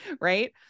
right